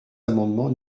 amendement